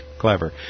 Clever